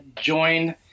join